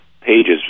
pages